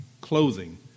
clothing